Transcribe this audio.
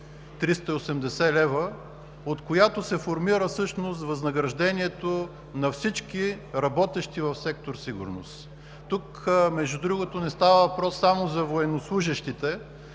380 лв., от която се формира възнаграждението на всички работещи в сектор „Сигурност“. Тук, между другото, не става въпрос само за военнослужещите,